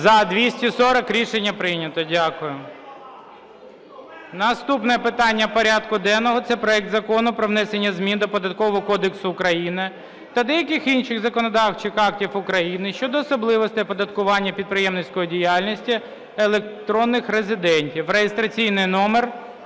За-240 Рішення прийнято. Дякую. Наступне питання порядку денного – це проект Закону про внесення змін до Податкового кодексу України та деяких інших законодавчих актів України щодо особливостей оподаткування підприємницької діяльності електронних резидентів реєстраційний номер…